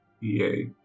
yay